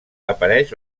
apareix